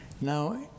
Now